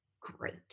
great